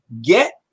get